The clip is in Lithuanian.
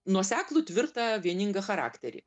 nuoseklų tvirtą vieningą charakterį